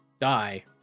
die